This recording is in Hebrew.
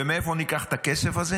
ומאיפה ניקח את הכסף הזה?